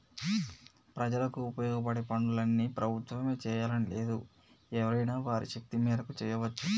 ప్రజలకు ఉపయోగపడే పనులన్నీ ప్రభుత్వమే చేయాలని లేదు ఎవరైనా వారి శక్తి మేరకు చేయవచ్చు